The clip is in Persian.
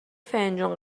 فنجون